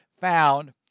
found